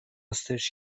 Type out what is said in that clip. سرچ